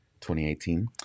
2018